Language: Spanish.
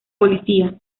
policía